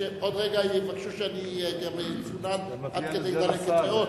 עוד רגע יבקשו שאני גם אצונן עד כדי דלקת ריאות,